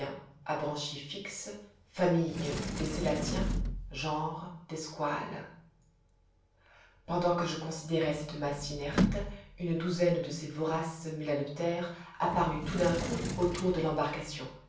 à branchies fixes famille des sélaciens genre des squales pendant que je considérais cette masse inerte une douzaine de ces voraces mélanoptères apparut tout d'un coup autour de l'embarcation